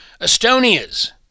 Estonia's